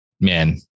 Man